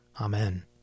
Amen